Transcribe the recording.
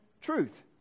truth